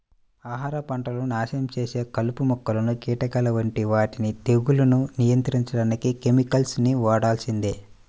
ఆహార పంటలను నాశనం చేసే కలుపు మొక్కలు, కీటకాల వంటి వాటిని తెగుళ్లను నియంత్రించడానికి కెమికల్స్ ని వాడాల్సిందే